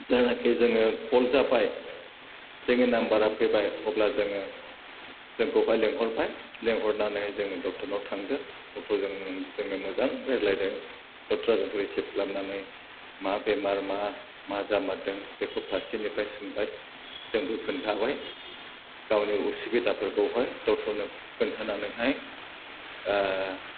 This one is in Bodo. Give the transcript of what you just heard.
जेलानाखि जोङो कल जाबाय जोंनि नाम्बारा फैबाय अब्ला जोङो जोंखौहाय लिंहरबाय लिंहरनानै जोङो डक्टरनाव थांदों डक्टरजों जोङो मोजां रायज्लादों डक्टारा जोंखौ रिसिब खालामनानै मा बेमार मा मा जामारदों बेखौ फार्सेनिफ्राय सोंबाइ जोंबो खोन्थाबाय गावनि उसुबिदाफोरखौहाय डक्टरनो खोन्थानानैहाय ओह